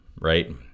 Right